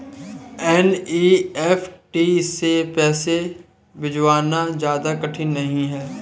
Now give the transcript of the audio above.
NEFT से पैसे भिजवाना ज्यादा कठिन नहीं है